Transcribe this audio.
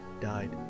died